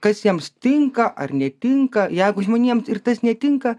kas jiems tinka ar netinka jeigu žmonėms ir tas netinka